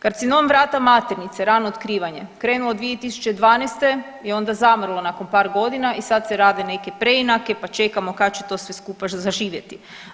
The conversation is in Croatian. Karcinom vrata maternice, rano otkrivanje krenulo 2012. i onda zamrlo nakon par godina i sad se rade neke preinake, pa čekamo kad će to sve skupa zaživjeti.